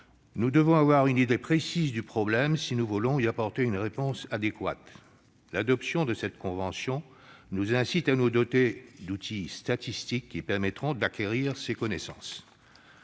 Nous devons avoir une idée précise du problème si nous voulons y apporter une réponse adéquate. L'adoption de cette convention nous incite à nous doter d'outils statistiques qui permettront d'acquérir ces connaissances.